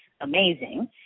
amazing